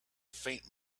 faint